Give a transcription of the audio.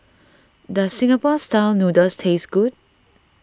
does Singapore Style Noodles taste good